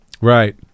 Right